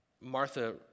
Martha